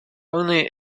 only